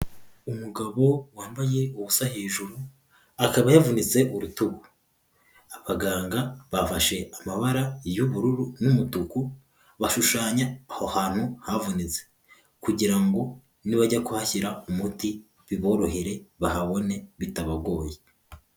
Umugabo wambaye ubusa hejuru akaba yavunitse urutugu, abaganga bafashe amabara y'ubururu n'umutuku bashushanya aho hantu havunitse kugira ngo nibajya kuhashyira umuti biborohere bahabone bitabagoye.